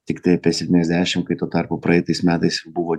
tiktai apie septyniasdešimt kai tuo tarpu praeitais metais buvo